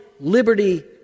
liberty